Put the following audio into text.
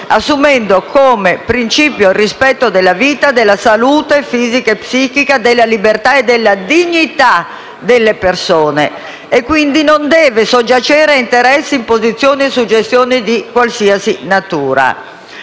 assumendo come principio il rispetto della vita, della salute fisica e psichica, della libertà e della dignità delle persone e, quindi, non deve solo soggiacere a interessi, imposizioni e suggestioni di qualsiasi natura.